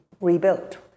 rebuilt